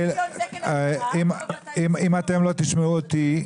אם אתם לא תשמעו אותי,